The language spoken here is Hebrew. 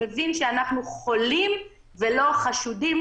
שמבין שאנחנו חולים ולא חשודים,